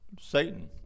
Satan